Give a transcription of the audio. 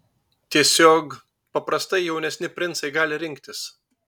tiesiog paprastai jaunesni princai gali rinktis